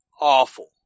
awful